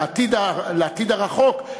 לעתיד הרחוק,